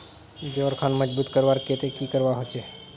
जोड़ खान मजबूत करवार केते की करवा होचए?